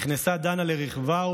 נכנסה דנה לרכבה,